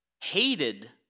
hated